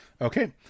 Okay